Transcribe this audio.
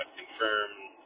confirmed